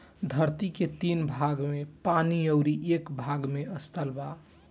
धरती के तीन भाग में पानी अउरी एक भाग में स्थल बा